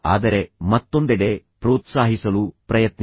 ಆದರೆ ಮತ್ತೊಂದೆಡೆ ಪ್ರೋತ್ಸಾಹಿಸಲು ಪ್ರಯತ್ನಿಸಿ